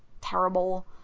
Terrible